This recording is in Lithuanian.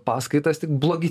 paskaitas tik blogi